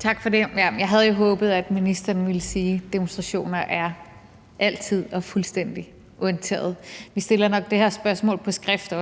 Tak for det. Jeg havde jo håbet, at ministeren ville sige, at demonstrationer altid og fuldstændig er undtaget. Vi stiller nok også det her spørgsmål på skrift.